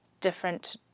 different